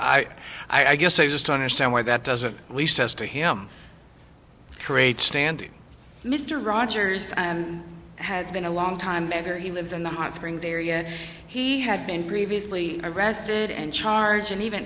i i guess i just understand why that doesn't we said to him create standard mr rogers and has been a long time member he lives in the hot springs area he had been previously arrested and charge and even